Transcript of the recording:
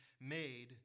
made